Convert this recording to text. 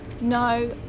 No